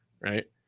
Right